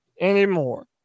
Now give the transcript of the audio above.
anymore